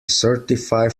certify